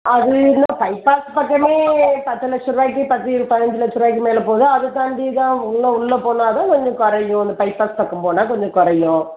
அது என்ன பைபாஸ் பக்கமே பத்து லட்சரூபாய்க்கி பத்து பதினஞ்சு லட்சரூபாய்க்கி மேலே போகுது அதை தாண்டி தான் உள்ளே உள்ளே போனால் தான் கொஞ்சம் குறையும் அந்த பைபாஸ் பக்கம் போனால் கொஞ்சம் குறையும்